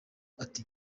ati